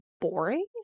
boring